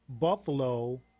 Buffalo